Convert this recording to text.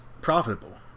profitable